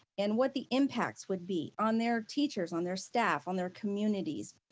and what the impacts would be on their teachers, on their staff, on their communities,